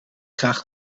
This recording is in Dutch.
graag